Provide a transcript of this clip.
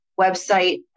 website